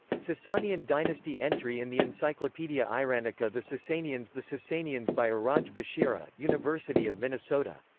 sasanian dynasty entry in the encyclopaedia iranica the sassanians the sassanians by iraj bashiri, university of minnesota.